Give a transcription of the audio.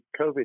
COVID